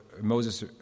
Moses